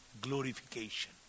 glorification